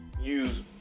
use